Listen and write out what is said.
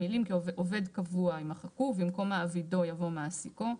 המילים "כעובד קבוע" יימחקו ובמקום "מעבידו" יבוא "מעסיקו".